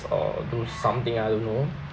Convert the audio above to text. or do something I don't know